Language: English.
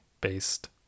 based